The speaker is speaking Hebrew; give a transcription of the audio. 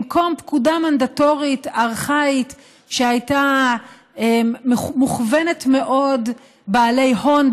במקום פקודה מנדטורית ארכאית שהייתה מוכוונת מאוד לבעלי הון,